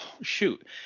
shoot